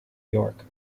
york